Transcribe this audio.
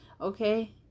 Okay